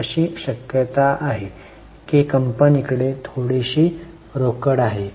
अशी शक्यता आहे की कंपनी कडे थोडीशी रोकड आहे